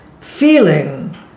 feeling